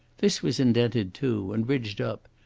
this was indented too, and ridged up,